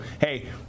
hey